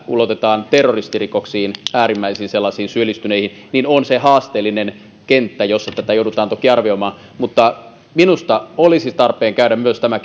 ulotetaan terroristirikoksiin äärimmäisiin sellaisiin syyllistyneisiin on se haasteellinen kenttä jossa tätä joudutaan toki arvioimaan minusta olisi tarpeen käydä myös tämä